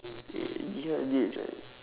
eh ya a bit like